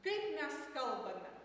kaip mes kalbame